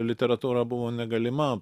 literatūra buvo negalima